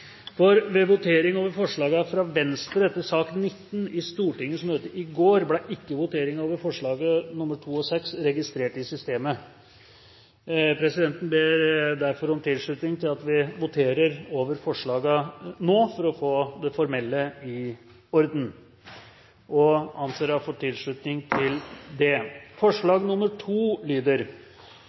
samlivsbrudd.» Ved votering over forslagene fra Venstre i sak nr. 19 i Stortingets møte i går ble ikke voteringen over forslagene nr. 2 og 6 registrert i systemet. Presidenten ber derfor om tilslutning til at det blir votert over forslagene nå for å få det formelle i orden. – Presidenten anser det slik at tilslutning er gitt. Forslag nr. 2 lyder: